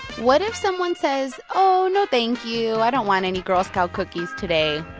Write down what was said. what if someone says, oh, no thank you i don't want any girl scout cookies today?